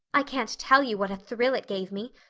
i can't tell you what a thrill it gave me.